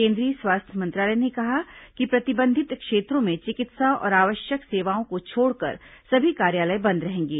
केंद्रीय स्वास्थ्य मंत्रालय ने कहा कि प्रतिबंधित क्षेत्रों में चिकित्सा और आवश्यक सेवाओं को छोड़कर सभी कार्यालय बंद रहेंगे